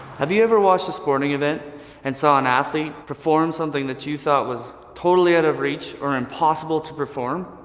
have you ever watched a sporting event and saw an athlete perform something that you thought was totally out of reach or impossible to perform?